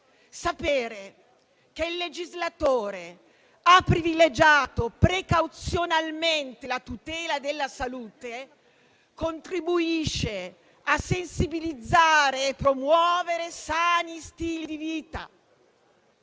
sapere che il legislatore ha privilegiato precauzionalmente la tutela della salute contribuisce a sensibilizzare e a promuovere sani stili di vita.